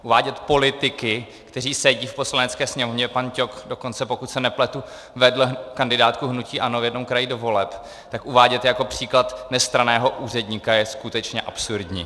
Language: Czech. Uvádět politiky, kteří sedí v Poslanecké sněmovně pan Ťok dokonce, jestli se nepletu, vedl kandidátku hnutí ANO v jednom kraji do voleb, tak uvádět je jako příklad nestranného úředníka je skutečně absurdní.